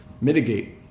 mitigate